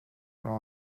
were